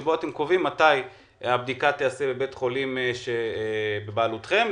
שבו אתם קובעים מתי הבדיקה תיעשה בבית חולים שנמצא בבעלותכם,